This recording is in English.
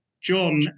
John